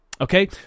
okay